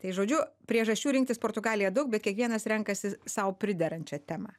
tai žodžiu priežasčių rinktis portugaliją daug bet kiekvienas renkasi sau priderančią temą